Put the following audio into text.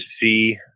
see